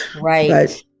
right